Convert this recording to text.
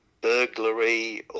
burglary